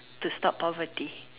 to stop poverty